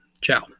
Ciao